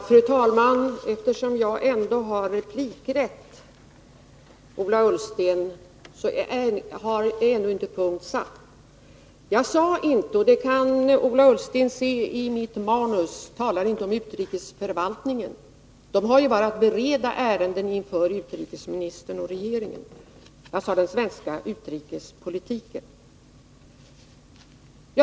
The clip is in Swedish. Fru talman! Eftersom jag ändå har replikrätt, Ola Ullsten, har vi ännu inte satt punkt. Jag talade inte, det kan Ola Ullsten se i mitt manuskript, om utrikesförvaltningen — den har ju bara att bereda ärenden för utrikesministern och regeringen — utan jag sade den svenska utrikespolitiken.